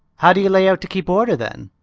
how do you lay out to keep order then?